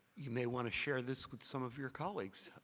you may want to share this with some of your colleagues.